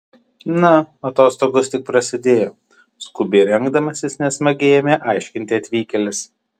na atostogos tik prasidėjo skubiai rengdamasis nesmagiai ėmė aiškinti atvykėlis